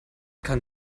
kann